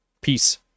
Peace